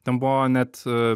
ten buvo net